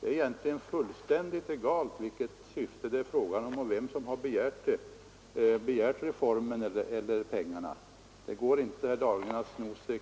Det är fullständigt egalt vilket syfte det är fråga om och vem som har begärt pengarna. Det går inte att sno sig